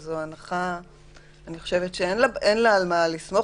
וזו הנחה שאין לה על מה לסמוך.